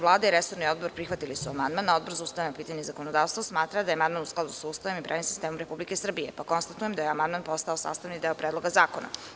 Vlada i resorni odbor prihvatili su amandman, a Odbor za ustavna pitanja i zakonodavstvo smatra da je amandman u skladu sa Ustavom i pravnim sistemom Republike Srbije, pa konstatujem da je amandman postao sastavni deo Predloga zakona.